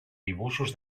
dibuixos